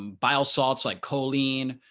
um bile salts like coline,